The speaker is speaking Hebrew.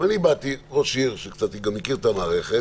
ואני באתי, ראש עיר שגם קצת מכיר את המערכת,